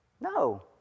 No